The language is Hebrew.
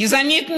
גזענית מאוד.